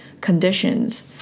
conditions